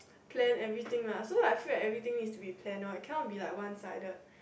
plan everything lah so I feel like everything needs to be plan loh cannot be like one sided